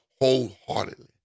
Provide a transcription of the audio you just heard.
wholeheartedly